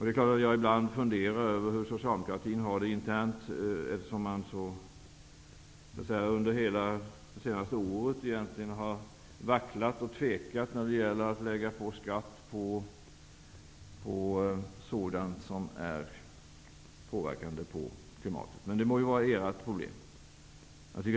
Det klart att jag ibland funderar över hur socialdemokratin har det internt, eftersom man under hela det senaste året har vacklat och tvekat när det gäller att lägga på skatt på sådan verksamhet som påverkar klimatet. Det må dock vara Socialdemokraternas problem.